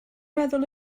meddwl